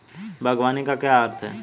बागवानी का क्या अर्थ है?